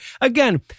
Again